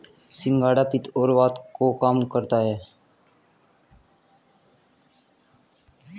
सिंघाड़ा पित्त और वात को कम करता है